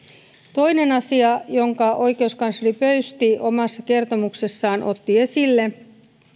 toinen asia jonka oikeuskansleri pöysti omassa kertomuksessaan otti esille